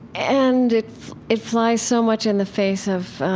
and it it flies so much in the face of,